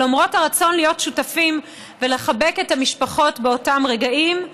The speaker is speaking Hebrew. ולמרות הרצון להיות שותפים ולחבק את המשפחות באותם רגעים,